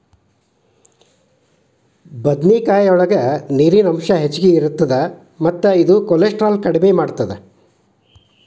ಬದನೆಕಾಯಲ್ಲಿ ನೇರಿನ ಅಂಶ ಹೆಚ್ಚಗಿ ಇರುತ್ತ ಮತ್ತ ಇದು ಕೋಲೆಸ್ಟ್ರಾಲ್ ಕಡಿಮಿ ಮಾಡತ್ತದ